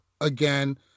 again